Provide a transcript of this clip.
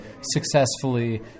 successfully